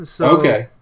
Okay